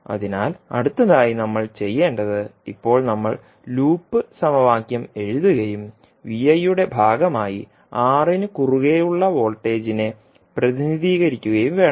അതിനാൽ അടുത്തതായി നമ്മൾ ചെയ്യേണ്ടത് ഇപ്പോൾ നമ്മൾ ലൂപ്പ് സമവാക്യം എഴുതുകയും Vi യുടെ ഭാഗമായി Rന് കുറുകെ ഉളള വോൾട്ടേജിനെ പ്രതിനിധീകരിക്കുകയും വേണം